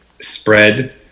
spread